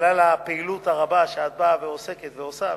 בגלל הפעילות הרבה, שאת באה ועוסקת ועושה,